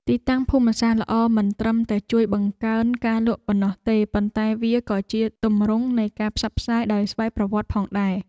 ទីតាំងភូមិសាស្ត្រល្អមិនត្រឹមតែជួយបង្កើនការលក់ប៉ុណ្ណោះទេ ប៉ុន្តែវាក៏ជាទម្រង់នៃការផ្សព្វផ្សាយដោយស្វ័យប្រវត្តិផងដែរ។